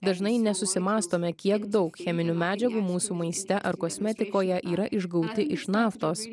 dažnai nesusimąstome kiek daug cheminių medžiagų mūsų maiste ar kosmetikoje yra išgauti iš naftos